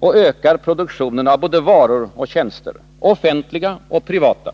och ökar produktionen av både varor och tjänster — offentliga såväl som privata.